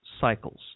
cycles